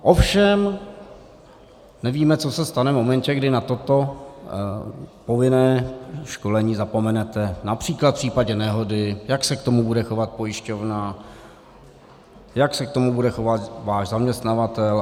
Ovšem nevíme, co se stane v momentě, kdy na toto povinné školení zapomenete, například v případě nehody, jak se k tomu bude chovat pojišťovna, jak se k tomu bude chovat váš zaměstnavatel.